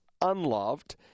unloved